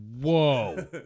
whoa